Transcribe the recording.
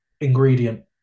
ingredient